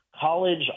college